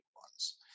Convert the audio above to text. ones